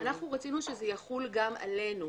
אנחנו רצינו שזה יחול גם עלינו,